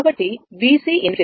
కాబట్టి VC ∞